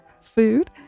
food